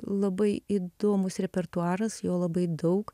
labai įdomus repertuaras jo labai daug